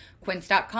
Quince.com